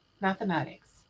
mathematics